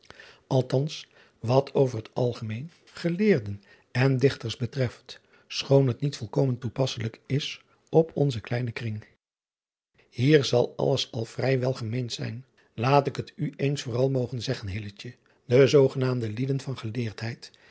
althans wat over het algemeen eleerden en ichters betreft schoon het niet volkomen toepasselijk is op onzen kleinen kring ier zal alles al vrij wel gemeend zijn aat ik het u eens vooral mogen zeggen e zoogenaamde lieden van geleerdheid